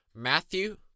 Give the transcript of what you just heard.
Matthew